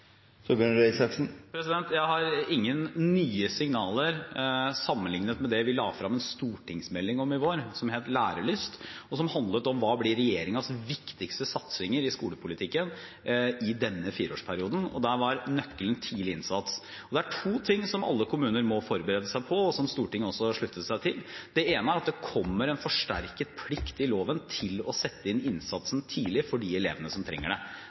Jeg har ingen nye signaler sammenlignet med det vi la frem en stortingsmelding om i vår, som het Lærelyst, og som handlet om hva som blir regjeringens viktigste satsinger i skolepolitikken i denne fireårsperioden. Der var nøkkelen tidlig innsats. Det er to ting som alle kommuner må forberede seg på, og som Stortinget også har sluttet seg til. Det ene er at det kommer en forsterket plikt i loven til å sette inn innsatsen tidlig for de elevene som trenger det.